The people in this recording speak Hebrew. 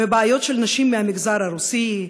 ובעיות של נשים מהמגזר הרוסי,